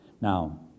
Now